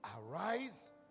Arise